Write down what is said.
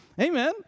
Amen